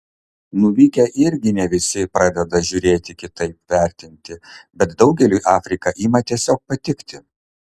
nuvykę irgi ne visi pradeda žiūrėti kitaip vertinti bet daugeliui afrika ima tiesiog patikti